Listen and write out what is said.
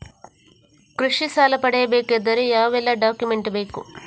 ಕೃಷಿ ಸಾಲ ಪಡೆಯಬೇಕಾದರೆ ಯಾವೆಲ್ಲ ಡಾಕ್ಯುಮೆಂಟ್ ಬೇಕು?